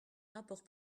rapport